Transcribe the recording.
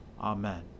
Amen